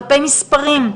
כלפי מספרים.